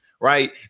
right